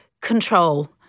control